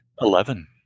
Eleven